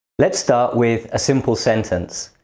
let's start with a simple sentence.